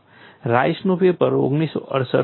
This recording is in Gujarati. રાઈસનું પેપર 1968 માં હતું